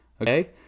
okay